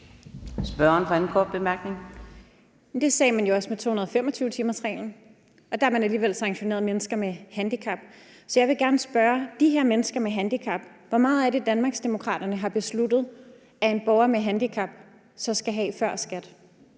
Victoria Velasquez (EL): Det sagde man jo også med 225-timersreglen. Der har man alligevel sanktioneret mennesker med handicap. Så jeg vil gerne spørge i forhold til de her mennesker med handicap: Hvor meget er det, Danmarksdemokraterne har besluttet at en borger med handicap så skal have før skat?